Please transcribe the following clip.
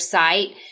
site